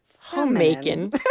homemaking